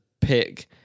pick